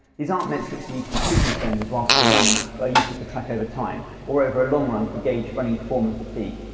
these aren't metrics you need to be too concerned with whilst you running, but are useful to track over time, or over a long run to gauge running form and fatigue.